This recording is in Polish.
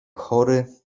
chory